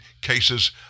cases